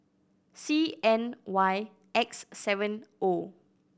C N Y X seven O